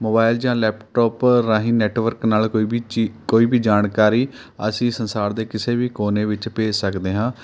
mobile ਜਾਂ laptop ਰਾਹੀਂ network ਨਾਲ਼ ਕੋਈ ਵੀ ਚੀ ਕੋਈ ਵੀ ਜਾਣਕਾਰੀ ਅਸੀਂ ਸੰਸਾਰ ਦੇ ਕਿਸੇ ਵੀ ਕੋਨੇ ਵਿੱਚ ਭੇਜ ਸਕਦੇ ਹਾਂ